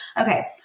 okay